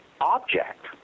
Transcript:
object